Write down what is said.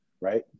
Right